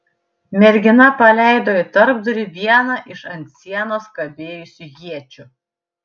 mergina paleido į tarpdurį vieną iš ant sienos kabėjusių iečių